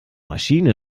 maschine